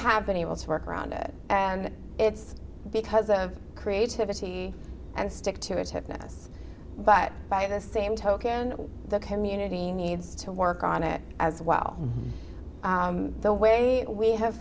have been able to work around it and it's because of creativity and stick to its hipness but by the same token the community needs to work on it as well the way we have